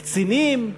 קצינים,